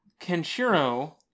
kenshiro